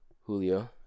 Julio